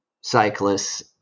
cyclists